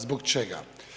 Zbog čega?